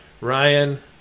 Ryan